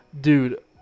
Dude